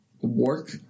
work